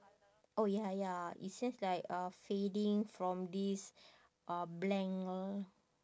oh ya ya it's just like uh fading from this uh blank l~